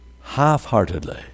half-heartedly